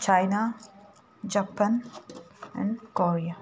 China Japan and Korea